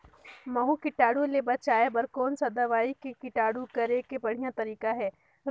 महू कीटाणु ले बचाय बर कोन सा दवाई के छिड़काव करे के बढ़िया तरीका हे?